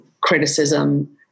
criticism